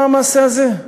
המעשה הזה?